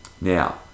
now